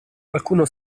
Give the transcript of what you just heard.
qualcuno